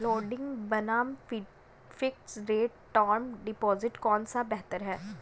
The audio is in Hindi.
फ्लोटिंग बनाम फिक्स्ड रेट टर्म डिपॉजिट कौन सा बेहतर है?